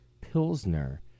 Pilsner